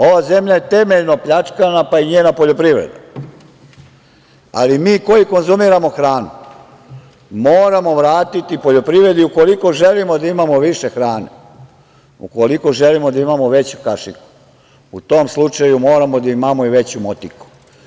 Ova zemlja je temeljno pljačkana, pa i njena poljoprivreda, ali mi koji konzumiramo hranu moramo vratiti poljoprivredi ukoliko želimo da imamo više hrane, ukoliko želimo da imamo veću kašiku, u tom slučaju moramo da imamo i veću motiku.